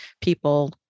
people